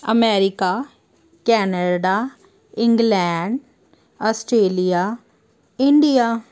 America Canada England Australia India